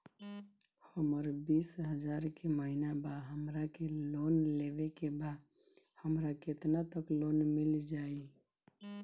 हमर बिस हजार के महिना बा हमरा के लोन लेबे के बा हमरा केतना तक लोन मिल जाई?